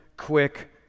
quick